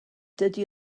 dydy